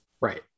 Right